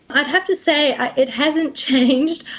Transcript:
i'd have to say it hasn't changed.